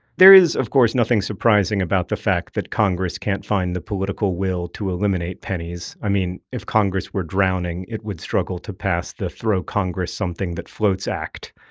there is of course nothing surprising about the fact that congress can't find the political will to eliminate pennies i mean, if congress were drowning, it would struggle to pass the throw congress something that floats act.